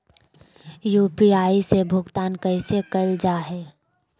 UPI से भुगतान कैसे कैल जहै?